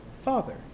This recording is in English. Father